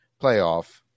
playoff